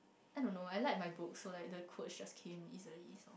I don't know I like my book so like the quotes just came easily